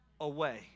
away